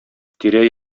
тирә